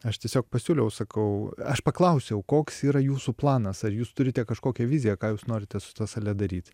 aš tiesiog pasiūliau sakau aš paklausiau koks yra jūsų planas ar jūs turite kažkokią viziją ką jūs norite su ta sale daryti